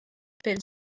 pel